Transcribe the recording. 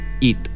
eat